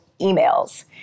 emails